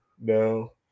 No